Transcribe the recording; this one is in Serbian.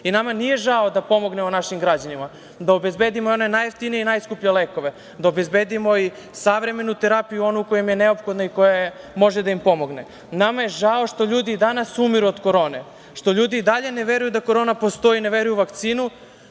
Nama nije žao da pomognemo našim građanima, da obezbedimo najjeftinije i najskuplje lekove, da obezbedimo i savremenu terapiju i onu koja je neophodna i koja može da im pomogne. Nama je žao što ljudi i danas umiru od korone, što ljudi i dalje ne veruju da korona postoji, ne veruju u vakcinu,